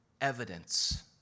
evidence